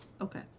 Okay